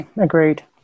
Agreed